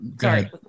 sorry